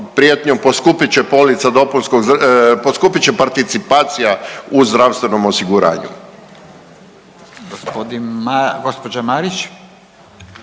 dopunskog, poskupit će participacija u zdravstvenom osiguranju.